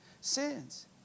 sins